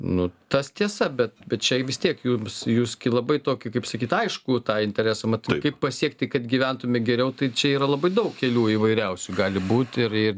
nu tas tiesa bet bet čia vis tiek jums jūs labai tokį kaip sakyt aiškų tą interesą mat kaip pasiekti kad gyventume geriau tai čia yra labai daug kelių įvairiausių gali būti ir ir